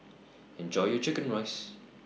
Enjoy your Chicken Rice